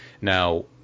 Now